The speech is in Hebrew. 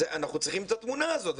אנחנו צריכים את התמונה הזאת.